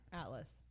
atlas